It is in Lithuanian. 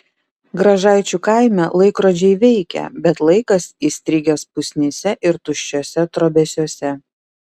gražaičių kaime laikrodžiai veikia bet laikas įstrigęs pusnyse ir tuščiuose trobesiuose